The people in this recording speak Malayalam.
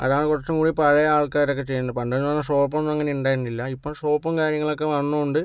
അതാണ് കുറച്ചും കൂടി പഴയ ആൾക്കാരൊക്കെ ചെയ്യുന്നത് പണ്ടൊന്നും സോപ്പ് ഒന്നും അങ്ങനെ ഉണ്ടായിരുന്നില്ല ഇപ്പോൾ സോപ്പും കാര്യങ്ങളൊക്കെ വന്നതു കൊണ്ട്